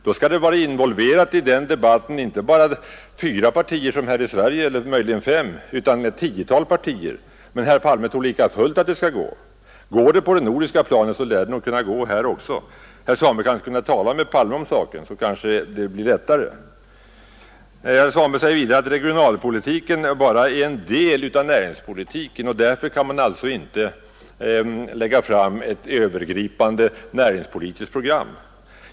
I debatten härom skall då inte bara, som här i Sverige, vara involverade fyra eller möjligen fem utan ett tiotal partier. Herr Palme tror likafullt att ett sådant program skall kunna åstadkommas. Om detta är möjligt på det nordiska planet, lär det kunna klaras även här. Herr Svanberg skulle kanske kunna tala med herr Palme om saken, så blir det måhända lättare. Herr Svanberg säger vidare att regionalpolitiken bara är en del av näringspolitiken och att man därför inte kan lägga fram ett övergripande näringspolitiskt program.